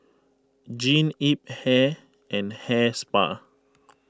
Jean Yip Hair and Hair Spa